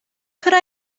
could